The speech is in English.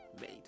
made